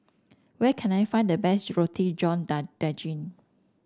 where can I find the best Roti John Daging